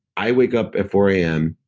i wake up at four am,